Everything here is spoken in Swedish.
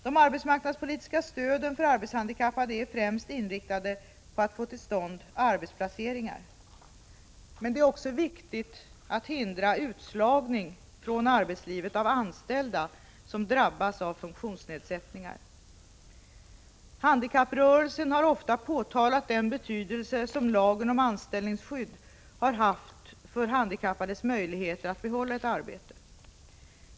De arbetsmarknadspolitiska stöden för arbetshandikappade är främst inriktade på att få till stånd arbetsplaceringar. Men det är också viktigt att hindra utslagning från arbetslivet av anställda som drabbas av funktionsnedsättningar. Handikapprörelsen har ofta påtalat den betydelse som lagen om anställningsskydd har haft för handikappades möjligheter att behålla ett arbete.